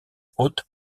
haute